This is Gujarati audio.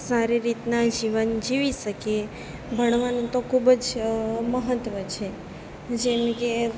સારી રીતના એ જીવન જીવી શકીએ ભણવાનું તો ખૂબ જ મહત્વ છે જેમ કે